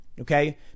Okay